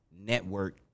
Network